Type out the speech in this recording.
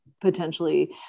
potentially